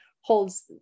holds